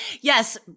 yes